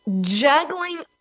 juggling